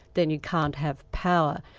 then you can't have power.